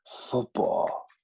football